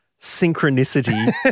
synchronicity